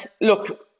look